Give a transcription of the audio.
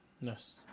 Yes